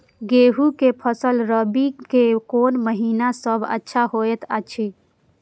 गेहूँ के फसल रबि मे कोन महिना सब अच्छा होयत अछि?